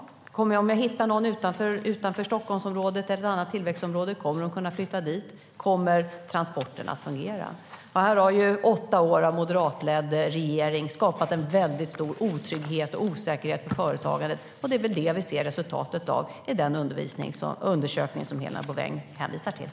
Om jag hittar någon utanför Stockholmsområdet eller något annat tillväxtområde, kommer de att kunna flytta dit? Kommer transporterna att fungera? Här har åtta år av moderatledd regering skapat en väldigt stor otrygghet och osäkerhet för företagare, och det är det vi ser resultatet av i den undersökning som Helena Bouveng hänvisar till.